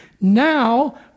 Now